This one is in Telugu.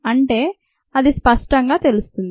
అంటే అది స్పష్టంగా తెలుస్తుంది